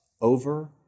over